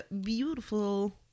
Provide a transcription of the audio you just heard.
beautiful